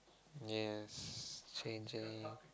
yes changing